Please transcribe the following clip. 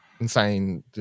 insane